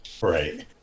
Right